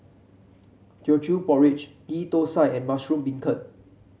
Teochew Porridge Ghee Thosai and Mushroom Beancurd